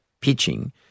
pitching